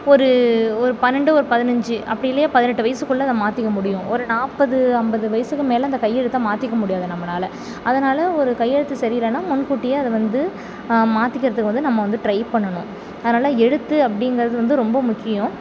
ஒரு ஒரு பன்னெண்டு ஒரு பதினஞ்சு அப்படி இல்லையா பதினெட்டு வயதுக்குள்ள அதை மாற்றிக்க முடியும் ஒரு நாற்பது அம்பது வயதுக்கு மேல் அந்த கையெழுத்தை மாற்றிக்க முடியாது நம்மளால் அதனால் ஒரு கையெழுத்து சரியில்லைன்னா முன்கூட்டியே அதை வந்து மாற்றிக்கிறதுக்கு வந்து நம்ம வந்து ட்ரை பண்ணணும் அதனால் எழுத்து அப்படிங்கறது வந்து ரொம்ப முக்கியம்